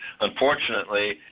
Unfortunately